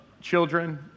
children